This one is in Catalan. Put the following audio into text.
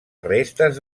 restes